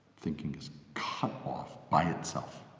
thinking is cut off by itself.